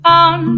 on